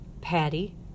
Patty